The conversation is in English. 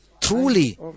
truly